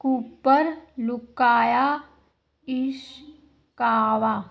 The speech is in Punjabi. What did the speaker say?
ਕੂਪਰ ਲੁਕਾਇਆ ਇਸ਼ਕਾਵਾ